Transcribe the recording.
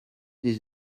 des